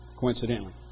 coincidentally